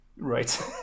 Right